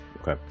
Okay